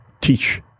teach